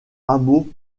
hameau